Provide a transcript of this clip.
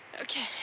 Okay